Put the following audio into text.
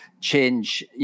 change